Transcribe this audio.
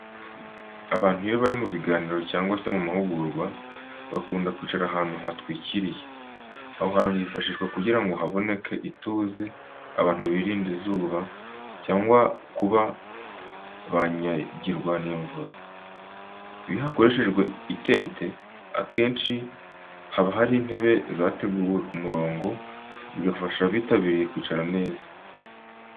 Abantu iyo bari mu biganiro cyangwa se mu mahugurwa, bakunda kwicara ahantu hatwikiriye. Aho hantu hifashishwa kugira ngo haboneke ituze, abantu birinde izuba, cyangwa kuba banyagirwa n'imvura. Iyo hakoreshejwe itente, akenshi haba hari intebe zateguwe ku murongo, bigafasha abitabiriye kwicara neza.